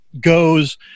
goes